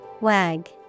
Wag